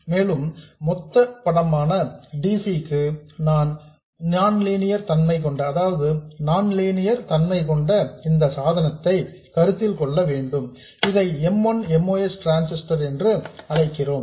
மேலும் மொத்தப் படமான dc க்கு நான் லீனியர் தன்மை கொண்ட இந்த சாதனத்தை கருத்தில் கொள்ள வேண்டும் இதை M 1 MOS டிரான்ஸிஸ்டர் என்று அழைக்கிறேன்